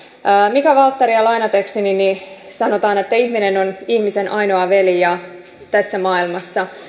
mika waltaria lainatakseni sanotaan että ihminen on ihmisen ainoa veli tässä maailmassa